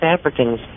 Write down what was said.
Africans